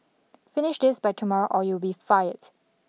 finish this by tomorrow or you will be fired